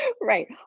Right